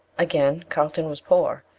again, carlton was poor,